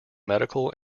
medical